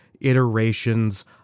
iterations